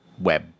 Web